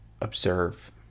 observe